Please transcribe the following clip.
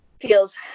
feels